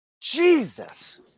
Jesus